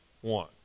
one